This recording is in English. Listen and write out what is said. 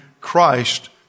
Christ